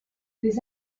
les